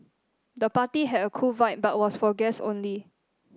the party had a cool vibe but was for guests only